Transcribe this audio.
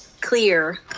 clear